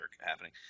happening